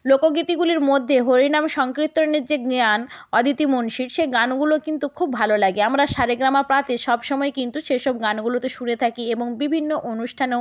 লোকগীতিগুলির মধ্যে হরিনাম সংকীর্তনের যে গান অদিতি মুন্সির সে গানগুলো কিন্তু খুব ভালো লাগে আমরা সারেগামাপাতে সবসময় কিন্তু সে সব গানগুলো তো শুনে থাকি এবং বিভিন্ন অনুষ্ঠানেও